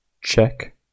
check